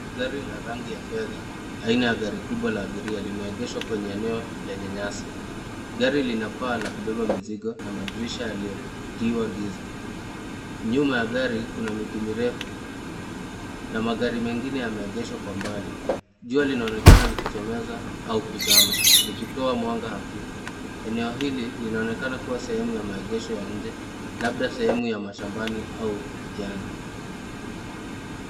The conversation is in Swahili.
Gari la rangi ya fedha, aina ya gari kubwa la abiria, limeegeshwa kwenye eneo lenye nyasi. Gari lina paa la kubeba mizigo na madirisha yaliyotiwa giza. Nyuma ya gari kuna miti mirefu na magari mengine yameegeshwa kwa mbali. Jua linaonekana likichomoza au kuzama, likitoa mwanga hafifu. Eneo hili linaonekana kuwa sehemu ya maegesho ya nje, labda sehemu ya mashambani au kijani.